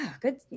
Good